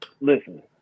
Listen